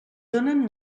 donen